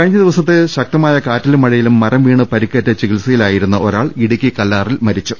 കഴിഞ്ഞ ദിവസത്തെ ശക്തമായ കാറ്റിലും മഴയിലും മരം വീണ് പരി ക്കേറ്റ് ചികിത്സയിലായിരുന്ന ഒരാൾ ഇടുക്കി കല്ലാറിൽ മരിച്ചു